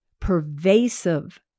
pervasive